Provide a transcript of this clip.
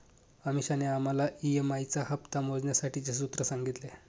अमीषाने आम्हाला ई.एम.आई चा हप्ता मोजण्यासाठीचे सूत्र सांगितले